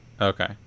Okay